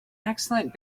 excellent